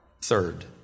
Third